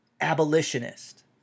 abolitionist